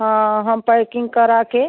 हाँ हम पैकिंग करा कर